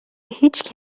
هیچ